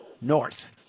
North